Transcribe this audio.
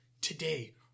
today